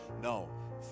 No